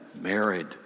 married